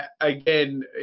again